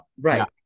right